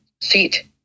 seat